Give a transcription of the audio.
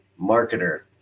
marketer